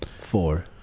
four